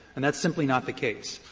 and that's simply not the case.